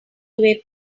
away